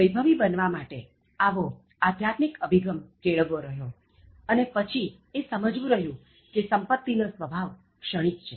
વૈભવી બનવા માટે આવો આધ્યાત્મિક અભિગમ કેળવવો રહ્યો અને પછી એ સમજવું રહ્યું કે સંપત્તિ નો સ્વભાવ ક્ષણિક છે